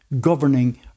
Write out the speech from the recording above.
governing